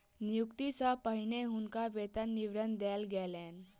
नियुक्ति सॅ पहिने हुनका वेतन विवरण देल गेलैन